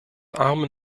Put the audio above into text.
armen